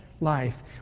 life